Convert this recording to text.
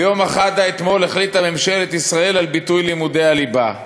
ביומא חדא אתמול החליטה ממשלת ישראל על ביטול לימודי הליבה.